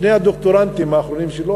שני הדוקטורנטים האחרונים שלו,